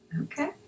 Okay